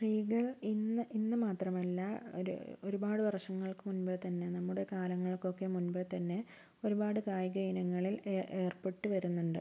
സ്ത്രീകൾ ഇന്ന് ഇന്നു മാത്രമല്ല ഒരു ഒരുപാട് വർഷങ്ങൾക്ക് മുൻപേ തന്നെ നമ്മുടെ കാലങ്ങൾക്കൊക്കെ മുൻപേ തന്നെ ഒരുപാട് കായിക ഇനങ്ങളിൽ ഏ ഏർപ്പെട്ട് വരുന്നുണ്ട്